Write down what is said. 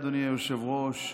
אדוני היושב-ראש,